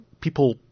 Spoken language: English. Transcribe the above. people